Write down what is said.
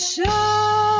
Show